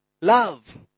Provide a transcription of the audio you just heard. love